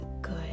good